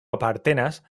apartenas